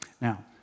Now